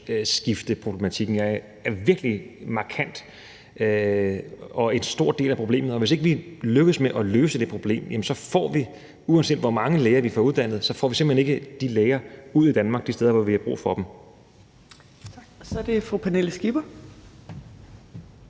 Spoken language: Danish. generationsskifteproblematikken er virkelig markant og en stor del af problemet, og hvis ikke vi lykkes med at løse det problem, får vi, uanset hvor mange læger vi får uddannet, simpelt hen ikke de læger ud de steder i Danmark, hvor vi har brug for dem. Kl. 11:41 Fjerde næstformand (Trine